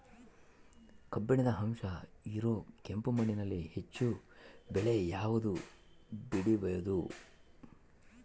ಕಬ್ಬಿಣದ ಅಂಶ ಇರೋ ಕೆಂಪು ಮಣ್ಣಿನಲ್ಲಿ ಹೆಚ್ಚು ಬೆಳೆ ಯಾವುದು ಬೆಳಿಬೋದು?